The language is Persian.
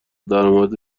درآمد